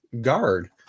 guard